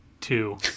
two